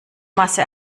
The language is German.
masse